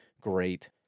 Great